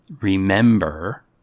remember